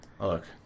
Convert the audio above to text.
Look